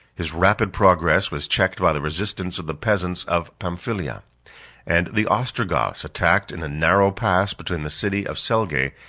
his rapid progress was checked by the resistance of the peasants of pamphylia and the ostrogoths, attacked in a narrow pass, between the city of selgae,